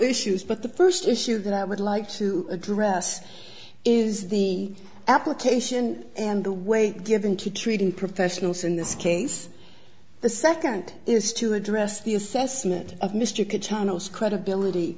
issues but the first issue that i would like to address is the application and the weight given to treating professionals in this case the second is to address the assessment of mr could chanos credibility